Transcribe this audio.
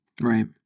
right